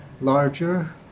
larger